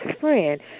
friend